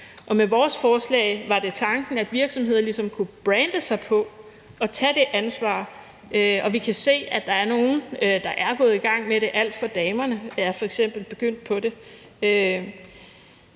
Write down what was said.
med vores forslag var det tanken, at virksomheder ligesom kunne brande sig på at tage det ansvar. Vi kan se, at der er nogle, der er gået i gang med det. ALT for damerne